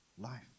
life